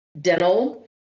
Dental